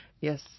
Yes